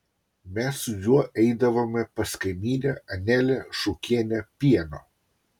mes su juo eidavome pas kaimynę anelę šukienę pieno